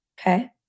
Okay